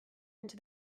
into